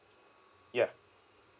ya